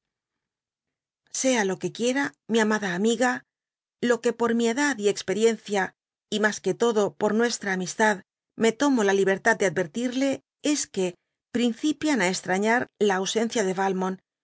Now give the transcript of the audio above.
sea lo que quiera mi amada amiga lo que por mi é fad y éísperíencij y mas que todo por nuestra umistad me tomo la libertad de advertirle es y que principian á straar ia ausencia de